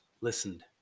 listened